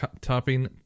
topping